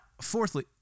fourthly